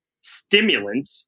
stimulant